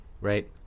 right